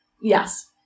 Yes